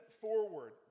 forward